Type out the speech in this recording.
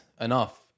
enough